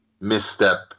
misstep